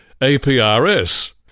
APRS